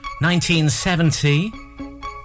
1970